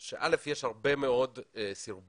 זה נושא כבד מאוד שצריך לטפל